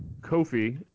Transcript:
Kofi